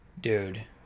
Dude